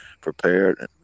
prepared